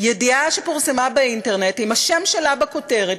ידיעה שפורסמה באינטרנט עם השם שלה בכותרת,